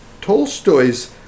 Tolstoy's